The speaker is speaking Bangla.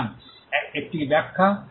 সুতরাং এটি 1 টি ব্যাখ্যা